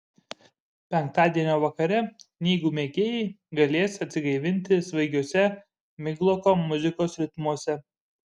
penktadienio vakare knygų mėgėjai galės atsigaivinti svaigiuose migloko muzikos ritmuose